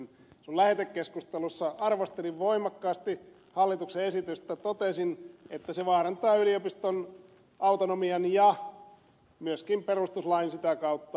silloin lähetekeskustelussa arvostelin voimakkaasti hallituksen esitystä totesin että se vaarantaa yliopiston autonomian ja myöskin perustuslain sitä kautta